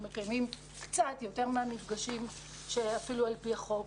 אפילו מקיימים קצת יותר מהמפגשים שהם על פי החוק.